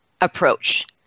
approach